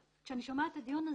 כשאני שומעת את הדיון הזה,